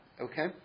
okay